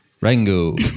Rango